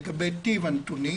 לגבי טיב הנתונים